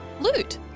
Loot